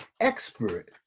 expert